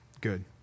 good